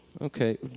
Okay